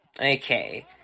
Okay